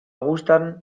gustan